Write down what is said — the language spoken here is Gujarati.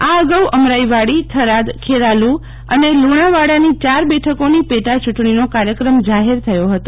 આ અગાઉ અમરાઈવાડી થરાદ ખેરાલુ અને લુણાવાડાની યાર બેઠકોની પેટાયુંટણીનો કાર્યક્રમ જાહેર થયો હતો